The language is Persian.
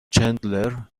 چندلر